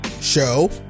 show